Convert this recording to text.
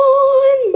on